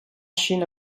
chine